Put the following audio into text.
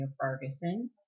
Ferguson